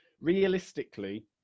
realistically